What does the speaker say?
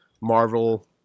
Marvel